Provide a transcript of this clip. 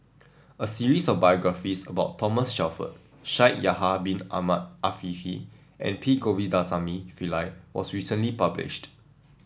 a series of biographies about Thomas Shelford Shaikh Yahya Bin Ahmed Afifi and P Govindasamy Pillai was recently published